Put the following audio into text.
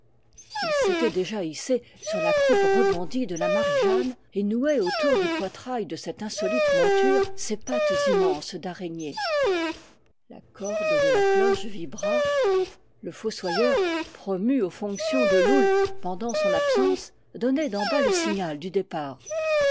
il s'était déjà hissé sur la croupe rebondie de la mariejeanne et nouait autour du poitrail de cette insolite monture ses pattes immenses d'araignée la corde de la cloche vibra le fossoyeur promu aux fonctions de loull pendant son absence donnait d'en bas le signal du départ